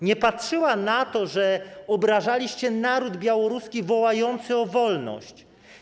Nie patrzyła na to, że obrażaliście naród białoruski wołający o wolność.